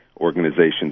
organizations